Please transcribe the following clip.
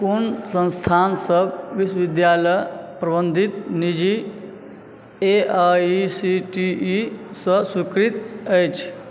कोन संस्थानसब विश्वविद्यालय प्रबन्धित निजी एआइसीटीईसँ स्वीकृत अछि